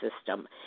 system